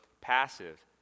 passive